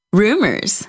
rumors